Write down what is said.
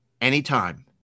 anytime